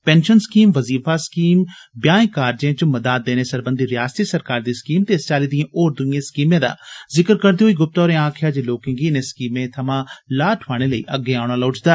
pension scheme वज़ीफा scheme बयाए कार्जे च मदाद देने सरबंधी रयासती सरकार दी स्कीम ते इस चाल्ली दिए होर दुइए स्कीमें दा जिक्र करदे होई गुप्ता होरें आक्खेआ लोकें गी इनें स्कीमें थमां लाह् ठोआने लेई अग्गे औना लोड़चदा